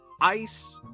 ice